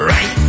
Right